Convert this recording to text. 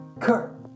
Kurt